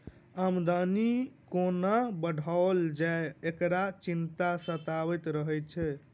आमदनी कोना बढ़ाओल जाय, एकरो चिंता सतबैत रहैत छै